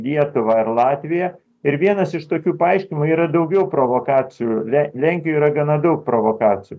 lietuvą ar latviją ir vienas iš tokių paaiškinimų yra daugiau provokacijų le lenkijoj yra gana daug provokacijų